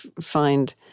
find